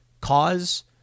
cause